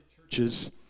churches